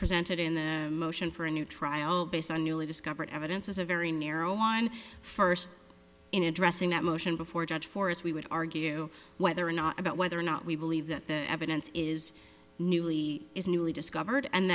presented in the motion for a new trial based on newly discovered evidence is a very narrow one first in addressing that motion before a judge for us we would argue whether or not about whether or not we believe that the evidence is new is newly discovered and